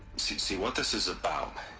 see, see what this is about.